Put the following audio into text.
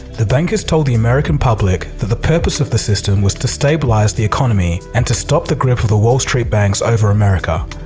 the bankers told the american public that the purpose of the system was to stabilize the economy and to stop the grip of the wall street banks over america.